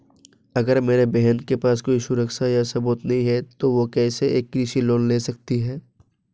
अगर मेरी बहन के पास कोई सुरक्षा या सबूत नहीं है, तो वह कैसे एक कृषि लोन ले सकती है?